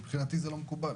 מבחינתי זה לא מקובל